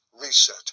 reset